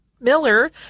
Miller